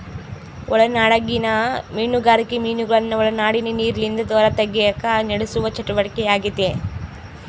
ಒಳನಾಡಿಗಿನ ಮೀನುಗಾರಿಕೆ ಮೀನುಗಳನ್ನು ಒಳನಾಡಿನ ನೀರಿಲಿಂದ ಹೊರತೆಗೆಕ ನಡೆಸುವ ಚಟುವಟಿಕೆಯಾಗೆತೆ